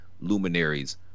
luminaries